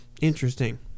Interesting